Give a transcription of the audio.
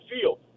field